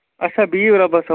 اچھا بِہو رۄبَس سو